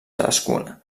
cadascuna